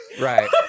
Right